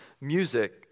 music